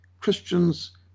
Christians